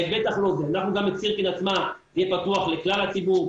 גם סירקין עצמה תהיה פתוחה לכלל הציבור,